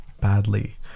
badly